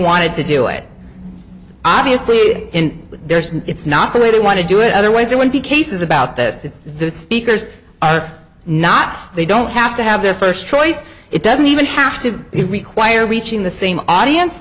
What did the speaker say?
wanted to do it obviously there isn't it's not the way they want to do it otherwise it would be cases about the speakers are not they don't have to have their first choice it doesn't even have to require reaching the same audience